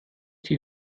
die